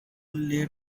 lay